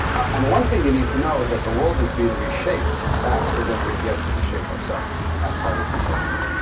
and the one thing you need to know is that the world is being reshaped faster than we have yet to reshape ourselves. and that's why this is so hard.